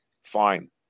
fine